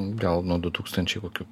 gal nuo du tūkstančiai kokių